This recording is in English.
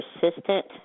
persistent